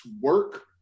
work